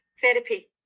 therapy